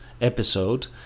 episode